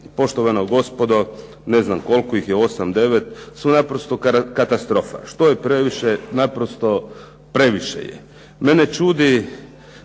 poštovana gospodo, ne znam koliko ih je, 8,9, su naprosto katastrofa. Što je previše naprosto previše je. Mene čudi